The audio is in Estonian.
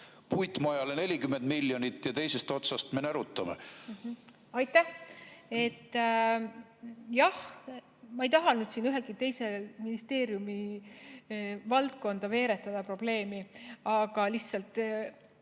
puitmajale 40 miljonit ja teisest otsast me närutame? Aitäh! Jah, ma ei taha nüüd siin ühegi teise ministeeriumi valdkonda veeretada probleemi, aga lihtsalt